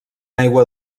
aigua